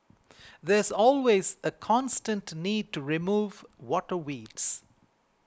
there's always a constant need to remove water weeds